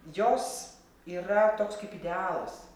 jos yra toks kaip idealas